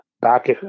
back